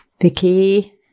Vicky